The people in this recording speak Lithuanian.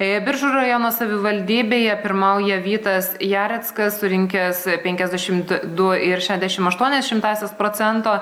biržų rajono savivaldybėje pirmauja vytas jareckas surinkęs penkiasdešimt du ir šešiasdešimt aštuonias šimtąsias procento